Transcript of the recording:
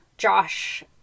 Josh